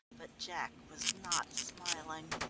but jack was not smiling.